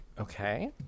Okay